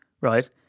right